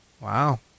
Wow